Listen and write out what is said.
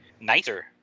nicer